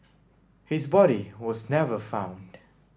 his body was never found